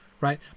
right